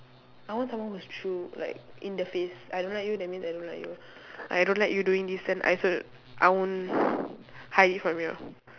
I want someone who is true like in the face I don't like you that means I don't like you I don't like you doing this then I also I won't hide it from you